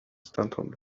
stamtąd